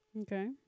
Okay